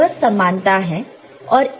तो यह समानता है